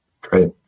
Great